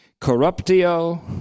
Corruptio